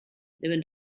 deben